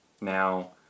Now